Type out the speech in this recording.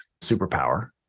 superpower